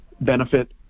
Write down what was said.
benefit